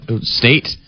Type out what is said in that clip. state